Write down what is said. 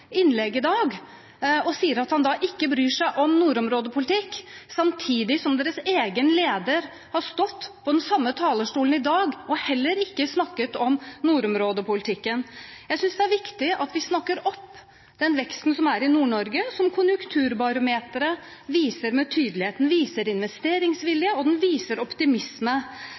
innlegg i dag og sier at han ikke bryr seg om nordområdepolitikk, samtidig som deres egen leder har stått på den samme talerstolen i dag, og heller ikke snakket om nordområdepolitikken. Jeg synes det er viktig at vi snakker opp den veksten som er i Nord-Norge, som konjunkturbarometeret viser med tydelighet. Det viser